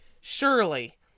surely